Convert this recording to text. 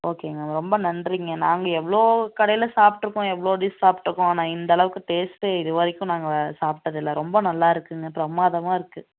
ஓகேங்க மேம் ரொம்ப நன்றிங்க நாங்கள் எவ்வளோ கடையில் சாப்பிட்ருக்கோம் எவ்வளோ டிஷ் சாப்பிட்ருக்கோம் ஆனால் இந்தளவுக்கு டேஸ்ட்டு இது வரைக்கும் நாங்கள் சாப்பிட்டதில்ல ரொம்ப நல்லாயிருக்குங்க பிரமாதமாக இருக்குது